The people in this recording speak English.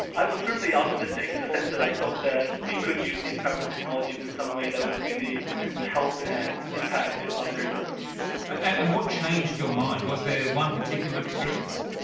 i was certainly optimistic, in the sense that i felt that we could use these powerful technologies in some way that would really help and impact ah very poor communities. and what changed your mind? was there one particular experience?